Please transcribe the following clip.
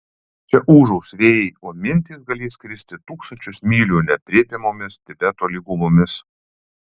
čia ūžaus vėjai o mintys galės skristi tūkstančius mylių neaprėpiamomis tibeto lygumomis